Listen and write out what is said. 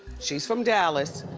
she's from dallas.